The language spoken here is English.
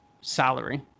salary